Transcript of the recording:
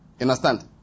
understand